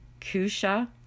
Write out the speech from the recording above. kusha